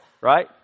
Right